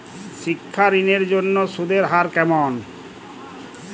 শিক্ষা ঋণ এর জন্য সুদের হার কেমন?